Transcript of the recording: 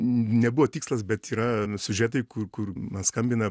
nebuvo tikslas bet yra siužetai kur kur man skambina